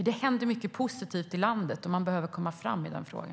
Det händer mycket positivt i landet, och vi behöver komma framåt i denna fråga.